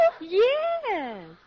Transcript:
Yes